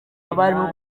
abarimu